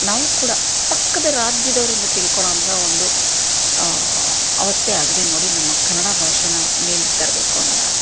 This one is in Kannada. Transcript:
ನಾವು ಕೂಡ ಪಕ್ಕದ ರಾಜ್ಯದವರಿಂದ ತಿಳ್ಕೊಳ್ಳೋವಂಥ ಒಂದು ಅವಸ್ಥೆ ಆಗಿದೆ ನೋಡಿ ನಮ್ಮ ಕನ್ನಡ ಭಾಷೇನ ಮೇಲೆ ತರ್ಬೇಕು ಅನ್ನೋದಾದರೆ